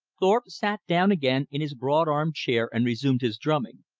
thorpe sat down again in his broad-armed chair and resumed his drumming.